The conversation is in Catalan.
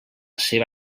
seva